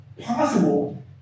possible